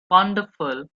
wonderful